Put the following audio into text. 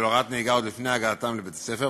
הוראת נהיגה עוד לפני הגעתם לבית-הספר,